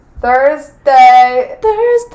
Thursday